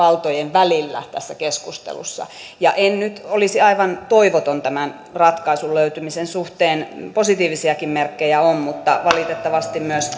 välillä tässä keskustelussa ja en nyt olisi aivan toivoton tämän ratkaisun löytymisen suhteen positiivisiakin merkkejä on mutta valitettavasti myös